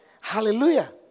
Hallelujah